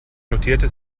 notierte